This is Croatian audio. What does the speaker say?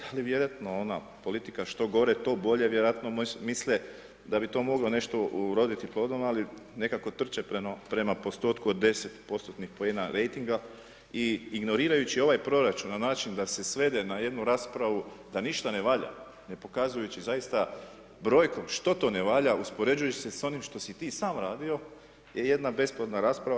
Ali vjerojatno ona politika „što gore, to bolje“ vjerojatno misle da bi to moglo nešto uroditi plodom, ali nekako trče prema postotku od 10%-tnih poena rejtinga i ignorirajući ovaj proračun na način da se svede na jednu raspravu da ništa ne valja ne pokazujući zaista brojkom što to ne valja, uspoređujući se sa onim što si ti sam radio je jedna besplodna rasprava.